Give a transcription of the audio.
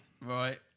Right